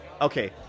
okay